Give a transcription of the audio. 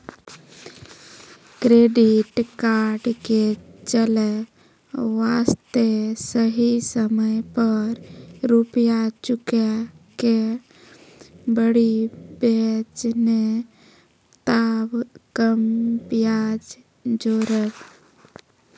Credit card के चले वास्ते सही समय पर रुपिया चुके के पड़ी बेंच ने ताब कम ब्याज जोरब?